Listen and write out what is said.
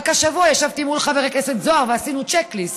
רק השבוע ישבתי מול חבר הכנסת זוהר ועשינו צ'ק ליסט: